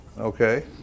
Okay